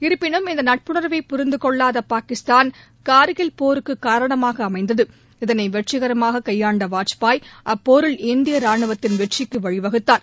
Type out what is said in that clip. இருப்பினும் இந்த நட்புணா்வை புரிந்து கொள்ளாத பாகிஸ்தான் காா்கில் போருக்கு காரணமாக அமைந்தது இதளை வெற்றிகரமாக கையாண்ட வாஜ்பாய் அப்போரில் இந்திய ராணுவத்தின் வெற்றிக்கு வழிவகுத்தார்